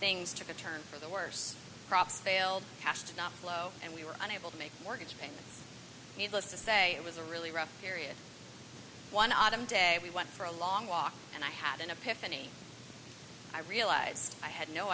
things took a turn for the worse crops failed cash to not flow and we were unable to make mortgage payments needless to say it was a really rough period one autumn day we went for a long walk and i had an epiphany i realized i had no